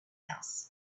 house